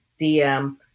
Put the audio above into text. DM